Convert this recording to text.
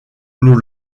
nous